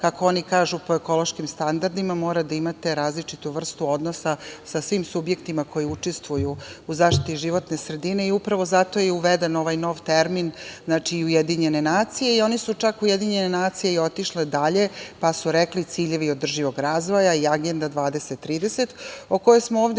kako oni kažu, po ekološkim standardima, mora da imate različitu vrstu odnosa sa svim subjektima koji učestvuju u zaštiti životne sredine i upravo zato je i uveden ovaj nov termin, znači UN, i oni su čak, UN, otišle dalje, pa su rekli - ciljevi održivog razvoja i Agenda 2030 o kojoj smo mi